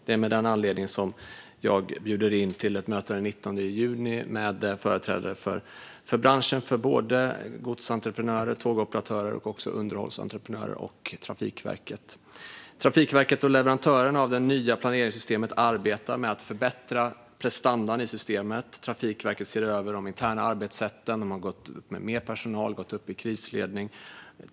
Det är av den anledningen jag bjuder in till ett möte den 19 juni med företrädare för branschen - godsentreprenörer, tågoperatörer och underhållsentreprenörer - och Trafikverket. Trafikverket och leverantörerna av det nya planeringssystemet arbetar med att förbättra prestandan i systemet. Trafikverket ser över de interna arbetssätten. De har kallat in mer personal och gått upp i krisläge.